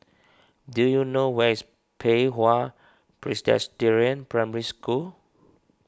do you know where is Pei Hwa Presbyterian Primary School